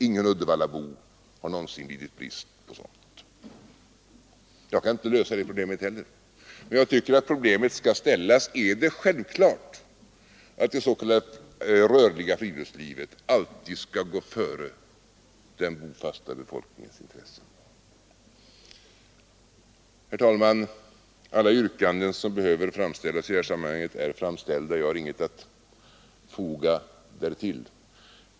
Ingen uddevallabo har någonsin lidit brist på sådant. Jag kan inte lösa detta problem, men jag tycker frågan skall ställas: Är det självklart att det rörliga friluftslivet alltid skall gå före den bofasta befolkningens intressen? Herr talman! Alla yrkanden som behöver framställas i detta sammanhang är framställda. Jag har ingenting att foga därtill.